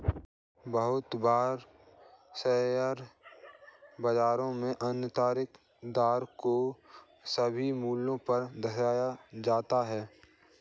बहुत बार शेयर बाजार में आन्तरिक दर को सभी मूल्यों पर दर्शाया जाता है